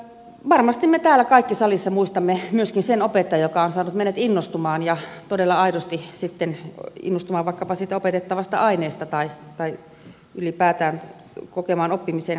varmasti me kaikki täällä salissa muistamme myöskin sen opettajan joka on saanut meidät innostumaan ja todella aidosti sitten innostumaan vaikkapa siitä opetettavasta aineesta tai ylipäätään kokemaan oppimisen iloa